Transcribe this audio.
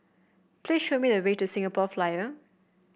please show me the way to The Singapore Flyer